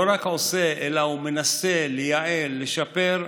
לא רק עושה, אלא הוא מנסה לייעל, לשפר,